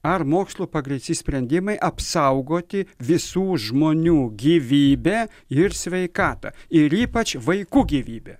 ar mokslu pagrįsti sprendimai apsaugoti visų žmonių gyvybę ir sveikatą ir ypač vaikų gyvybę